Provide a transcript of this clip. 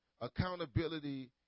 Accountability